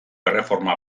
erreforma